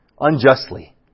Unjustly